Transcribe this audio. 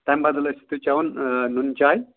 تَمہِ بدل ٲسِو تُہۍ چٮ۪وان نُن چاے